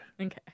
Okay